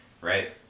right